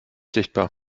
sichtbar